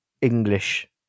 English